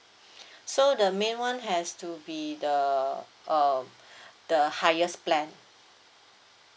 so the main one has to be the uh the highest plan